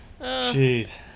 jeez